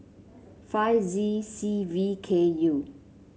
five Z C V K U